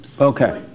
Okay